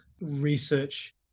research